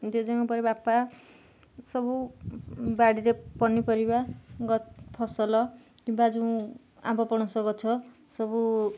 ଜେଜେଙ୍କ ପରେ ବାପା ସବୁ ବାଡ଼ିରେ ପନିପରିବା ଫସଲ କିମ୍ବା ଯେଉଁ ଆମ୍ବପଣସ ଗଛ ସବୁ